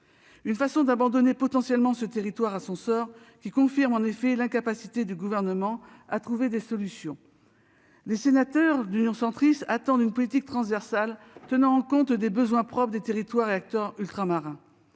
Cette façon d'abandonner potentiellement ce territoire à son sort confirme en effet l'incapacité du Gouvernement à trouver des solutions. Les sénateurs du groupe Union Centriste attendent une politique transversale tenant compte des besoins propres des territoires et des acteurs ultramarins.